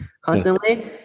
constantly